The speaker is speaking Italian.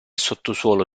sottosuolo